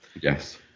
yes